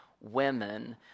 women